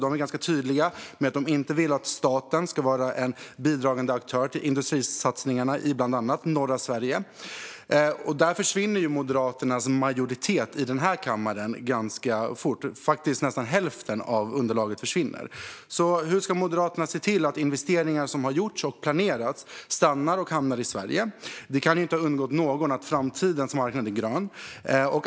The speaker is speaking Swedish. De är ganska tydliga med att de inte vill att staten ska vara en bidragande aktör i industrisatsningarna i bland annat norra Sverige. Där försvinner Moderaternas majoritet i denna kammare ganska fort - det är faktiskt nästan hälften av underlaget som försvinner. Hur ska Moderaterna se till att investeringar som har gjorts och planerats stannar respektive hamnar i Sverige? Det kan ju inte ha undgått någon att framtidens marknad är grön.